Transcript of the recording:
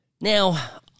Now